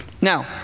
Now